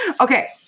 Okay